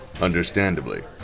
Understandably